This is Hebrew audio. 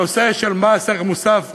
הנושא של מס ערך מוסף,